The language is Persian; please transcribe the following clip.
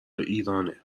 ایرانه